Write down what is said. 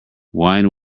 wine